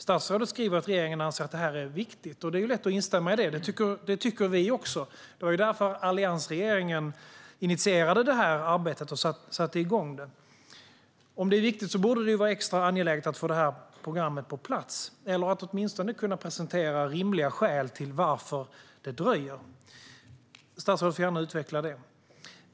Statsrådet skriver att regeringen anser att det är viktigt. Det är lätt att instämma i det. Det tycker också vi. Det var därför alliansregeringen initierade arbetet och satte igång det. Om det är viktigt borde det vara extra angeläget att få programmet på plats eller att åtminstone kunna presentera rimliga skäl till att det dröjer. Statsrådet får gärna utveckla det.